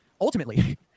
ultimately